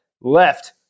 left